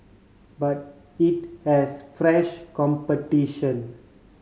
but it has fresh competition